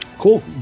Cool